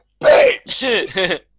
bitch